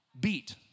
beat